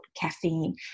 caffeine